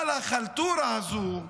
אבל החלטורה הזו,